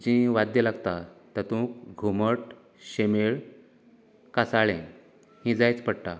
जीं वाद्यां लागता तातूंत घुमट शेमेळ कासाळें हीं जायच पडटा